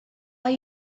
are